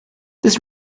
this